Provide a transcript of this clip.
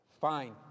Fine